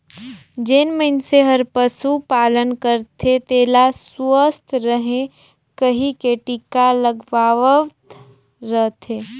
जेन मइनसे हर पसु पालन करथे तेला सुवस्थ रहें कहिके टिका लगवावत रथे